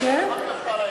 אחר כך על,